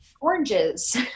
oranges